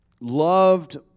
loved